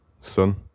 son